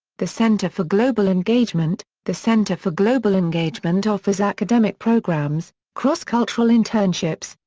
the center for global engagement the center for global engagement offers academic programs, cross-cultural internships,